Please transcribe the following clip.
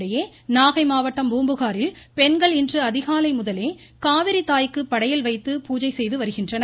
இதனிடையே நாகை மாவட்டம் பூம்புகாரில் பெண்கள் இன்று அதிகாலை முதலே காவிரித் தாய்க்கு படையல் வைத்து பூஜை செய்து வருகின்றனர்